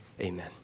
Amen